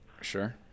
Sure